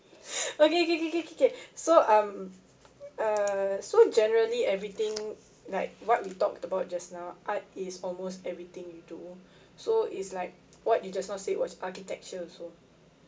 okay okay okay okay okay so um so generally everything like what we talked about just now art is almost everything you do so is like what you just now said was architecture also